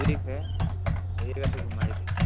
ठीक है आइएगा तो घुमा ही देंगे